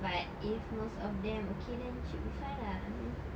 but if most of them okay then should be fine lah I mean